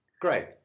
great